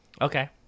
Okay